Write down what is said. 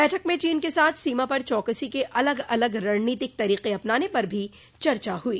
बैठक में चीन के साथ सीमा पर चौकसी के अलग अलग रणनीतिक तरीके अपनाने पर भी चर्चा हुई